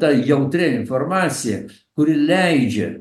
ta jautria informacija kuri leidžia